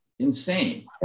insane